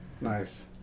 Nice